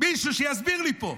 שמישהו יסביר לי פה.